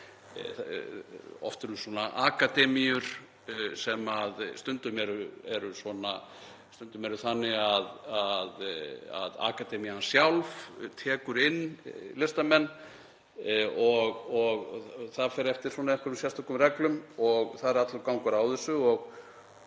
Oft eru svona akademíur og stundum er það þannig að akademían sjálf tekur inn listamenn og það fer eftir einhverjum sérstökum reglum. Það er allur gangur á þessu og